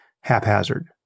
haphazard